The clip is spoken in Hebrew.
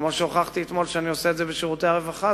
כמו שהוכחתי אתמול שאני עושה את זה בשירותי הרווחה,